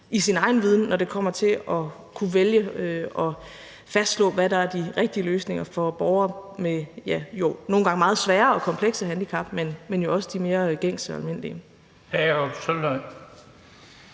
i sin egen viden, når det kommer til at kunne vælge og fastslå, hvad der er de rigtige løsninger for borgere med nogle gange meget svære og komplekse handicap, men jo også de mere gængse og almindelige.